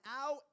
out